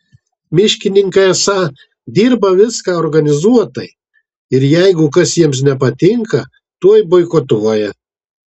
miškininkai esą dirba viską organizuotai ir jeigu kas jiems nepatinka tuoj boikotuoja